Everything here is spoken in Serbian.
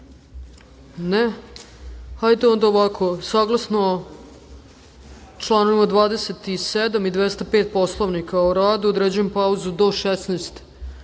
Ne. Hajde onda ovako, saglasno članovima 27. i 205. Poslovnika o radu, određujem pauzu do 16.00